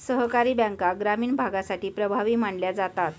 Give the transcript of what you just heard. सहकारी बँका ग्रामीण भागासाठी प्रभावी मानल्या जातात